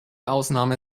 ausnahme